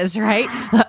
right